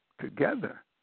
together